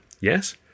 Yes